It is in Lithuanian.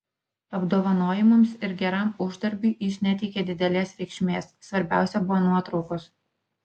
apdovanojimams ir geram uždarbiui jis neteikė didelės reikšmės svarbiausia buvo nuotraukos